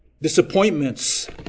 disappointments